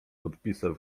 podpisał